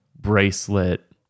bracelet